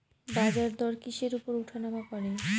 বাজারদর কিসের উপর উঠানামা করে?